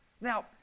Now